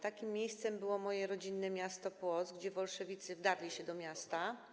Takim miejscem było moje rodzinne miasto Płock, gdzie bolszewicy wdarli się do miasta.